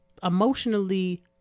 emotionally